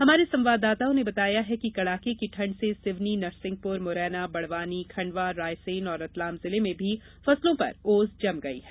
हमारे संवाददाताओं ने बताया है कि कड़ाके की ठंड से सिवनी नरसिंहपुर मुरैना बड़वानी खंडवा रायसेन और रतलाम जिले में भी फसलों पर ओस जम गई है